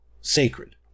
sacred